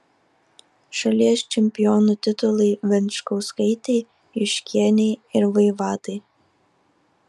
šalies čempionų titulai venčkauskaitei juškienei ir vaivadai